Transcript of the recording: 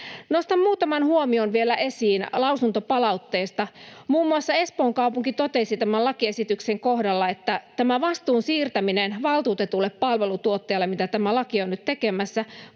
Nostan muutaman huomion vielä esiin lausuntopalautteesta. Muun muassa Espoon kaupunki totesi tämän lakiesityksen kohdalla, että vastuun siirtäminen valtuutetulle palveluntuottajalle, mitä tämä laki on nyt tekemässä,